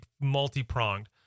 multi-pronged